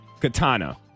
katana